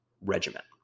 regiment